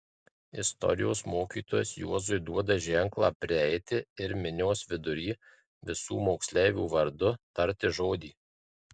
istorijos mokytojas juozui duoda ženklą prieiti ir minios vidury visų moksleivių vardu tarti žodį